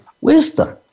wisdom